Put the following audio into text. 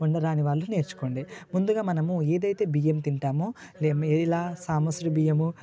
వండరాని వాళ్ళు నేర్చుకోండి ముందుగా మనము ఏదైతే బియ్యం తింటామో మెరిలా సామూశ్రీ బియ్యము లేదా